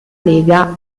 lega